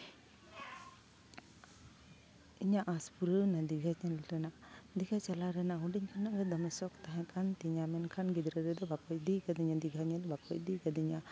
ᱤᱧᱟᱹᱜ ᱟᱸᱥ ᱯᱩᱨᱟᱹᱣᱱᱟ ᱫᱤᱜᱷᱟ ᱧᱮᱞ ᱨᱮᱱᱟᱜ ᱫᱤᱜᱷᱟ ᱪᱟᱞᱟᱣ ᱨᱮᱱᱟᱜ ᱦᱩᱰᱤᱧ ᱠᱷᱚᱱᱜᱮ ᱫᱚᱢᱮ ᱥᱚᱠ ᱛᱟᱦᱮᱱᱠᱟᱱ ᱛᱤᱧᱟᱹ ᱢᱮᱱᱠᱷᱟᱱ ᱜᱤᱫᱽᱨᱟᱹ ᱨᱮᱫᱚ ᱵᱟᱠᱚ ᱤᱫᱤᱭᱟᱠᱟᱫᱤᱧᱟ ᱫᱤᱜᱷᱟ ᱧᱮᱞ ᱵᱟᱠᱚ ᱤᱫᱤ ᱟᱠᱟᱫᱤᱧᱟᱹ